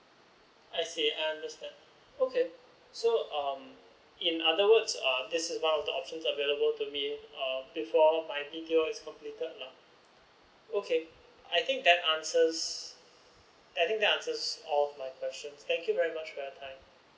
I see I understand okay so um in other words uh this is one of the options available to me uh before my b t o is completed lah okay I think that answers I think that answers all of my questions thank you very much for your time